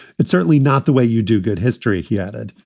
it's certainly not the way you do good history, he added.